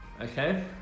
okay